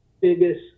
biggest